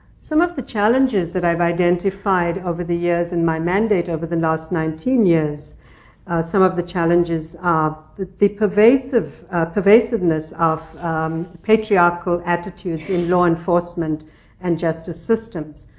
some of the challenges that i've identified over the years in my mandate over the last nineteen years some of the challenges are the the pervasiveness pervasiveness of patriarchal attitudes in law enforcement and justice systems,